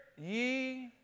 ye